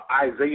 Isaiah